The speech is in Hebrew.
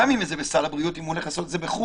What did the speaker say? גם אם זה בסל הבריאות, אם הוא עושה את זה בחו"ל?